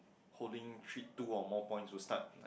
holding three two or points would start like